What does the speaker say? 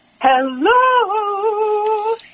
Hello